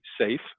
safe